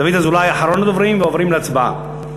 דוד אזולאי, אחרון הדוברים, ועוברים להצבעה.